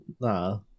Nah